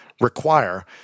require